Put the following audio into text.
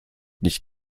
nicht